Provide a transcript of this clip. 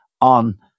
on